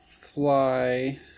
fly